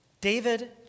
David